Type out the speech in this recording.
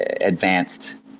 advanced